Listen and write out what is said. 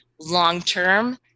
long-term